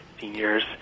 seniors